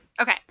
Okay